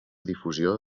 difusió